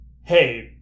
hey